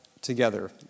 together